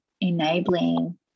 enabling